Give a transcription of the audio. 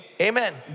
Amen